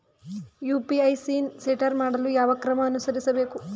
UPI PIN setup ಮಾಡಲು ಯಾವ ಕ್ರಮ ಅನುಸರಿಸಬೇಕು?